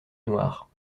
noir